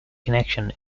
connection